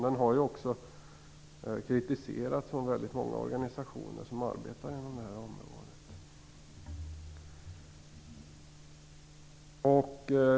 Den har ju också kritiserats av väldigt många organisationer som arbetar inom det här området.